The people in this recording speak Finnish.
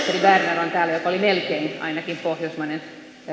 on täällä joka on melkein ainakin pohjoismainen